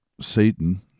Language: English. Satan